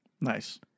Nice